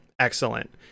Excellent